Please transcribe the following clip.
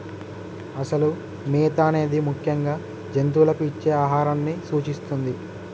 అసలు మేత అనేది ముఖ్యంగా జంతువులకు ఇచ్చే ఆహారాన్ని సూచిస్తుంది